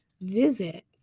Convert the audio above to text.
visit